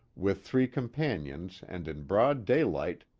with three companions and in broad day light,